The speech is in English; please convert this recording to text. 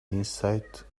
insight